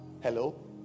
Hello